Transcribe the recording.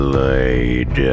laid